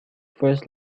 first